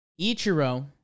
Ichiro